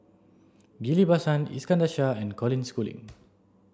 Ghillie Basan Iskandar Shah and Colin Schooling